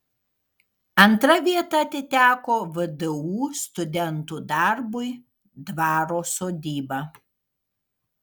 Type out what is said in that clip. antra vieta atiteko vdu studentų darbui dvaro sodyba